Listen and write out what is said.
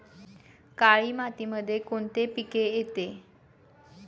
काळी मातीमध्ये कोणते पिके येते?